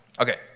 Okay